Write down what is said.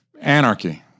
Anarchy